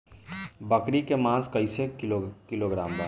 बकरी के मांस कईसे किलोग्राम बा?